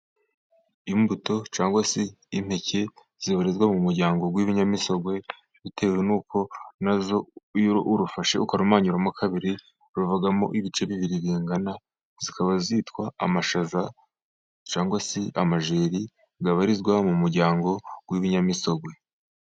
Imbuto, cyangwa se impeke, zibarizwa mu muryango w'ibinyamisogwe, bitewe n’uko nazo, iyo urufashe, ukarumanyuramo kabiri, ruvamo ibice bibiri bingana. Zikaba zitwa amashaza, cyangwa se amajeri, rubarizwa mu muryango w'ibinyamisogwe.